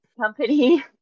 company